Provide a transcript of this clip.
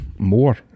more